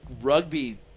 Rugby